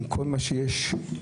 עם כל מה שיש לילדים,